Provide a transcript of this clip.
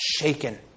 shaken